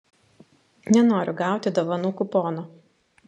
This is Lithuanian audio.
nenoriu gauti dovanų kupono